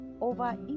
over